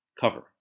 cover